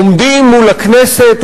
עומדים מול הכנסת,